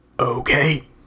Okay